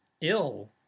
ill